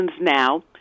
now